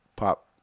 pop